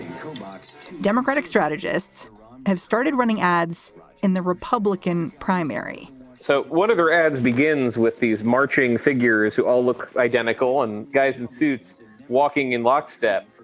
so democratic strategists have started running ads in the republican primary so one of her ads begins with these marching figures who all look identical and guys in suits walking in lockstep,